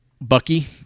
Bucky